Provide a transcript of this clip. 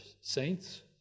saints